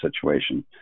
situation